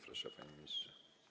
Proszę, panie ministrze.